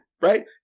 Right